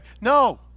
No